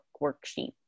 worksheet